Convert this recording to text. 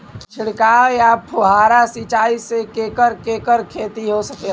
छिड़काव या फुहारा सिंचाई से केकर केकर खेती हो सकेला?